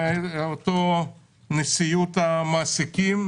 נשיאות המעסיקים,